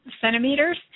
centimeters